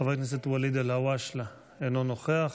חבר הכנסת ואליד אלהואשלה, אינו נוכח.